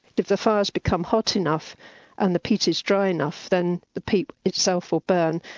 if the fires become hot enough and the peat is dry enough, then the peat itself will burn.